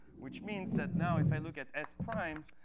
which means that now, if i look at s prime,